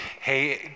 hey